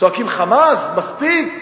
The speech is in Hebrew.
צועקים חמס, מספיק?